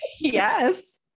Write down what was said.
Yes